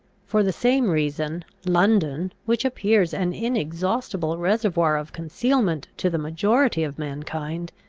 for the same reason, london, which appears an inexhaustible reservoir of concealment to the majority of mankind,